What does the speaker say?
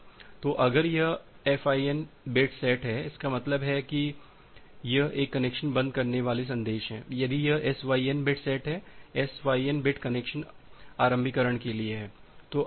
तो अगर यह FIN बिट सेट है इसका मतलब है कि यह एक कनेक्शन बंद करने वाला संदेश है यदि यह SYN बिट सेट है SYN बिट कनेक्शन आरंभीकरण के लिए है